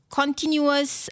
continuous